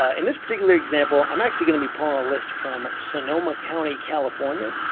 in this particular example, i'm actually going to be pulling a list from sonoma county, california.